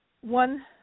one